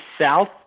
South